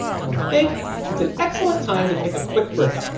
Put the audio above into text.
and i think it's an excellent time to take a quick break.